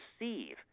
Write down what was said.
receive